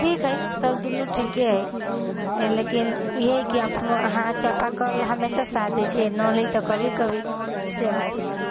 ठीक हइ सभ दुन्नू ठीके है लेकिन ई हइ कि अपन अहाँ चापा कल हमेशा साथ दै छै नल हइ तऽ कभी कभी से बात छै